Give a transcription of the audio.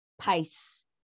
pace